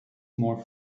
more